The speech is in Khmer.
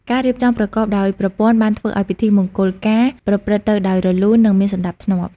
ការរៀបចំប្រកបដោយប្រព័ន្ធបានធ្វើឱ្យពិធីមង្គលការប្រព្រឹត្តទៅដោយរលូននិងមានសណ្តាប់ធ្នាប់។